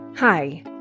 Hi